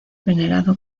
venerado